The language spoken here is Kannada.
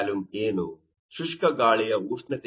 ಶುಷ್ಕ ಗಾಳಿಯ ಉಷ್ಣತೆ ಏನು